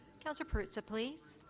councillor perruzza, please.